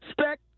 Spec